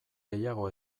gehiago